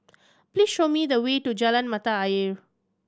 please show me the way to Jalan Mata Ayer